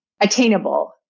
attainable